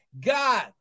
God